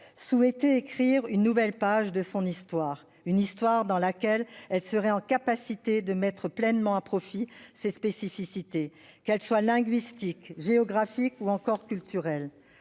souhaitait écrire une nouvelle page de son histoire, dans laquelle elle serait en capacité de mettre pleinement à profit ses spécificités, qu'elles soient linguistiques, géographiques ou encore culturelles.